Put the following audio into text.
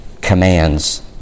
commands